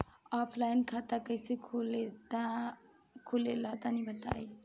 Offline खाता कइसे खुले ला तनि बताई?